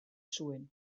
zuen